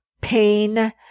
pain